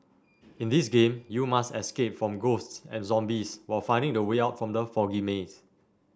in this game you must escape from ghosts and zombies while finding the way out from the foggy maze